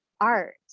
art